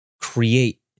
create